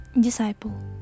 Disciple